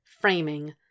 framing